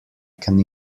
can